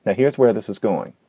and here's where this is going.